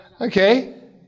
Okay